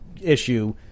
issue